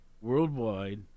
worldwide